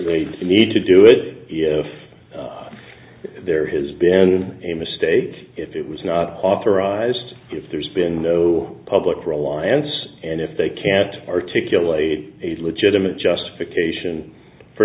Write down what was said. i'd need to do it if there has been a mistake if it was not authorized if there's been no public reliance and if they can't articulate a legitimate justification for